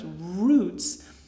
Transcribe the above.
roots